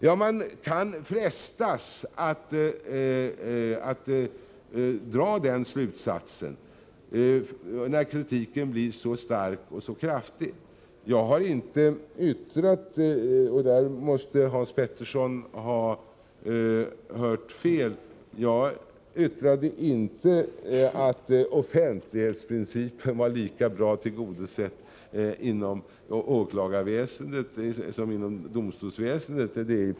Jag frestas att dra den slutsatsen när kritiken blir så stark. Jag har inte yttrat — där måste Hans Petersson i Röstånga ha hört fel — att offentlighetsprincipen var lika väl tillgodosedd inom åklagarväsendet som inom domstolsväsendet.